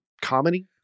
comedy